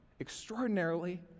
extraordinarily